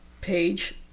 page